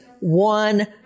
one